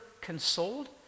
consoled